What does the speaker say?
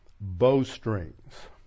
bowstrings